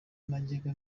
najyaga